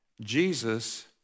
Jesus